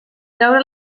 treure